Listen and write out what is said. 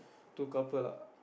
two couple lah